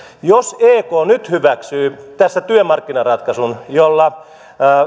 jos ek nyt hyväksyy tässä työmarkkinaratkaisun jolla